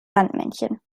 sandmännchen